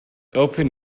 open